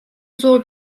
zor